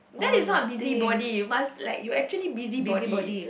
that is not busybody must like you actually busybody